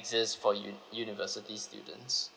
exist for u~ university students